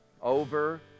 over